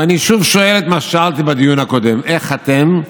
אני שוב שואל את מה ששאלתי בדיון הקודם: איך אתם,